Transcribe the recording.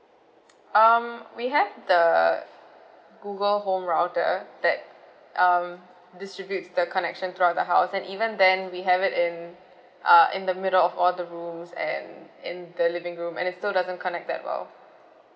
um we have the Google home router that um distributes the connection throughout the house and even then we have it in uh in the middle of all the rooms and in the living room and it's still doesn't connect that well